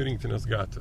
į rinktinės gatvę